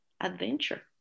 adventure